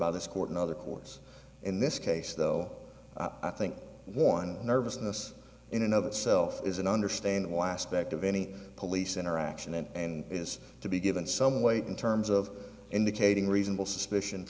this court and other courts in this case though i think one nervousness in another self is an understand why aspect of any police interaction and it has to be given some weight in terms of indicating reasonable suspicion